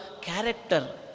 character